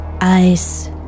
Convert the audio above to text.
Ice